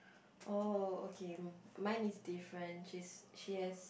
oh okay mine is different she's she has